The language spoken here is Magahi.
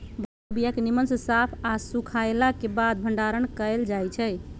भांग के बीया के निम्मन से साफ आऽ सुखएला के बाद भंडारण कएल जाइ छइ